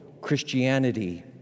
Christianity